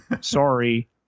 Sorry